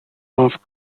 off